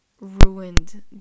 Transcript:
ruined